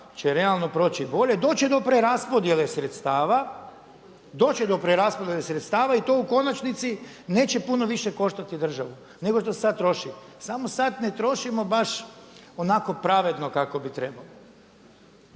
će realno proći bolje, doći će do preraspodjele sredstava, doći će do preraspodjele sredstava i to u konačnici neće puno više koštati državu nego što sad troši. Samo sad ne trošimo baš onako pravedno kako bi trebalo.